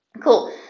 Cool